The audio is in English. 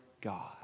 God